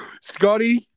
Scotty